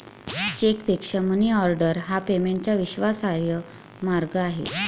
चेकपेक्षा मनीऑर्डर हा पेमेंटचा विश्वासार्ह मार्ग आहे